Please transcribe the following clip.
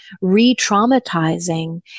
re-traumatizing